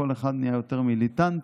כל אחד נהיה יותר מיליטנטי,